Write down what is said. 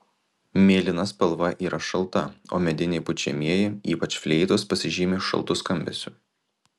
mėlyna spalva yra šalta o mediniai pučiamieji ypač fleitos pasižymi šaltu skambesiu